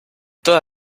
toda